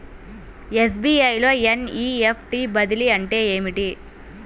SBI లో NEFT బదిలీ అంటే ఏమిటి?